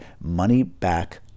money-back